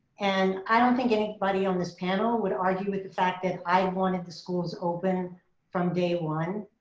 and i don't think anybody on this panel would argue with the fact that i wanted the schools open from day one.